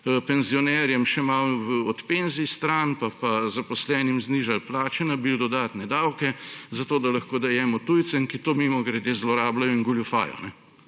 penzionerjem še malo od penzij stran pa zaposlenim znižali plače, nabili dodatne davke, zato da lahko dajemo tujcem, ki to mimogrede zlorabljajo in goljufajo.